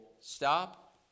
stop